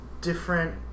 different